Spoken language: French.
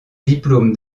diplôme